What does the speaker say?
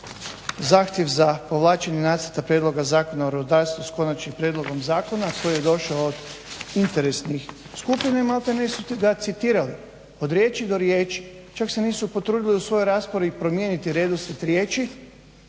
zahtjev za povlačenje nacrta prijedloga Zakona o rudarstvu s konačnim prijedlogom zakona koji je došao od interesnih skupina i malte ne su ti, da citirali od riječi do riječi, čak se nisu potrudili u svojoj raspravi promijeniti redoslijed riječi